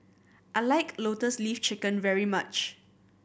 I like Lotus Leaf Chicken very much